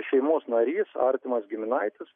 šeimos narys artimas giminaitis